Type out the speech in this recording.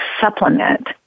supplement